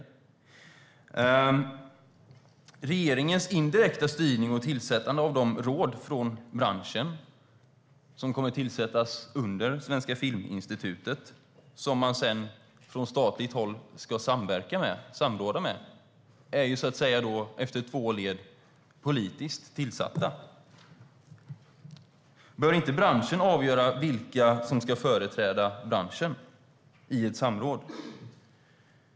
Regeringens indirekta styrning och de råd från branschen som kommer att tillsättas under Svenska Filminstitutet och som man sedan från statligt håll ska samråda med är, efter två led, politiskt tillsatta. Bör inte branschen avgöra vilka som ska företräda den i ett samråd?